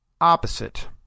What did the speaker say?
opposite